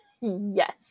yes